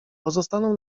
pozostaną